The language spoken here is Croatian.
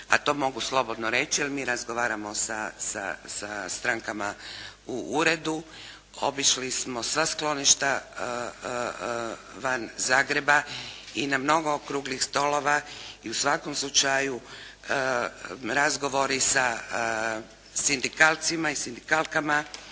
a to mogu slobodno reći jer mi razgovaramo sa strankama u Uredu. Obišli smo sva skloništa van Zagreba i na mnogo okruglih stolova i u svakom slučaju razgovori sa sindikalcima i sindikalkama